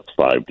five